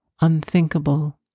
unthinkable